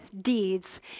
deeds